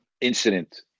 incident